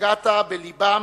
נגעת בלבם,